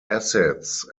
acids